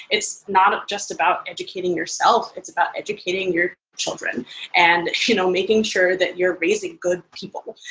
it's not ah just about educating yourself it's about educating your children and you know making sure that you're raising good people.